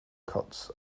cuts